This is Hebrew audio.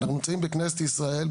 אנחנו נמצאים בכנסת ישראל,